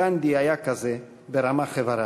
גנדי היה כזה ברמ"ח אבריו.